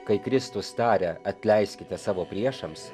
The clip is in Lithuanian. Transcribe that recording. kai kristus taria atleiskite savo priešams